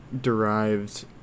derived